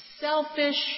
selfish